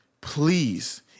please